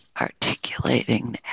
articulating